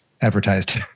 advertised